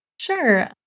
Sure